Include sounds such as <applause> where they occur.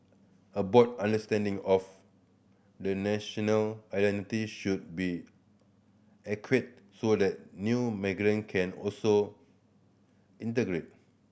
a broad understanding of the national identity should be <unintelligible> so that new migrant can also integrate